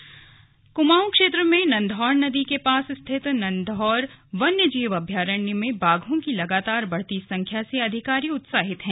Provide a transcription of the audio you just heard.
नंधौर अभयारण्य क्माऊं क्षेत्र में नंधौर नदी के पास स्थित नंधौर वन्यजीव अभयारण्य में बाघों की लगातार बढ़ती संख्या से अधिकारी उत्साहित हैं